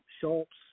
Schultz